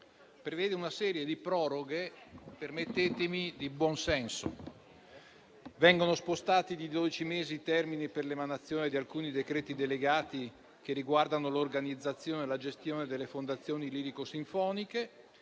prevede una serie di proroghe - permettetemi di usare questa definizione - di buonsenso: vengono spostati di dodici mesi i termini per l'emanazione di alcuni decreti delegati che riguardano l'organizzazione e la gestione delle fondazioni lirico-sinfoniche.